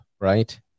Right